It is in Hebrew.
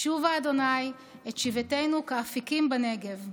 שובה ה' את שביתנו כאפיקים בנגב.